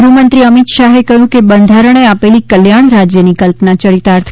ગૃહ મંત્રી અમિત શાહે કહ્યું કે બંધારણે આપેલી કલ્યાણ રાજ્યની કલ્પના ચરિતાર્થ